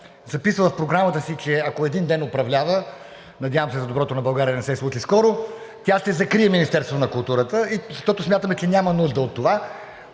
записала в програмата си, че ако един ден управлява, надявам се за доброто на България да не се случи скоро, тя ще закрие Министерството на културата, защото смятаме, че няма нужда от това,